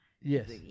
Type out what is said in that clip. yes